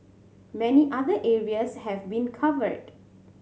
many other areas have been covered